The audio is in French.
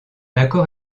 accord